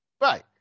right